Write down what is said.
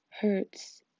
hurts